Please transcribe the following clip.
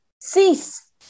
Cease